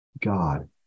God